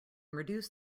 reduce